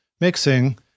mixing